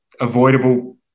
avoidable